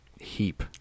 heap